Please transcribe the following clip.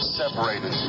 separated